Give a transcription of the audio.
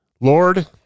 Lord